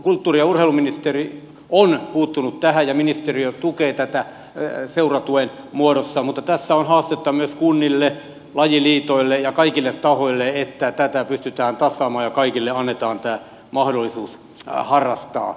kulttuuri ja urheiluministeri on puuttunut tähän ja ministeriö tukee tätä seuratuen muodossa mutta tässä on haastetta myös kunnille lajiliitoille ja kaikille tahoille että tätä pystytään tasaamaan ja kaikille annetaan tämä mahdollisuus harrastaa